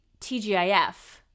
TGIF